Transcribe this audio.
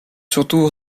surtout